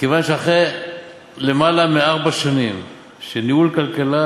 מכיוון שאחרי למעלה מארבע שנים של ניהול כלכלה